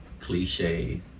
cliche